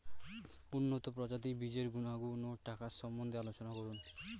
উন্নত প্রজাতির বীজের গুণাগুণ ও টাকার সম্বন্ধে আলোচনা করুন